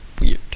weird